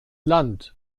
land